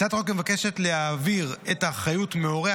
הצעת החוק מבקשת להעביר את האחריות מהורי